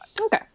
Okay